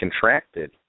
contracted